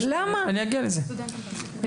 הנושא.